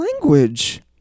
language